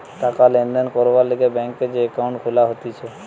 টাকা লেনদেন করবার লিগে ব্যাংকে যে একাউন্ট খুলা হতিছে